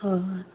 ꯍꯣꯏ ꯍꯣꯏ